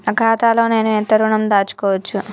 నా ఖాతాలో నేను ఎంత ఋణం దాచుకోవచ్చు?